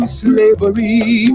slavery